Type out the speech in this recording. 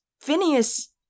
phineas